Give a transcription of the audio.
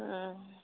हुँ